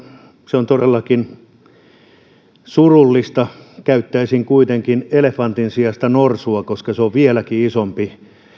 se on todellakin surullista käyttäisin kuitenkin elefantin sijasta norsua koska se on vieläkin isompi